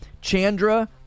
Chandra